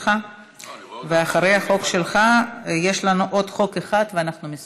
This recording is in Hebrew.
חבר הכנסת אחמד טיבי מבקש